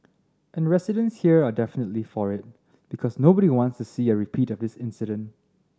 and residents here are definitely for it because nobody wants to see a repeat of this incident